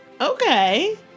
Okay